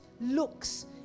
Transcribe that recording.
looks